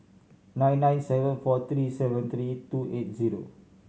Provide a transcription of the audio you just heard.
nine nine seven four three seven three two eight zero